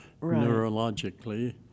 neurologically